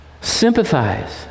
Sympathize